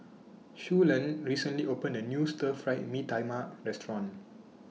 Suellen recently opened A New Stir Fried Mee Tai Mak Restaurant